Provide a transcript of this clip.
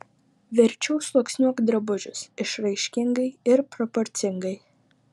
verčiau sluoksniuok drabužius išraiškingai ir proporcingai